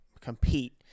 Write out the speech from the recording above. compete